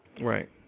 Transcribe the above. Right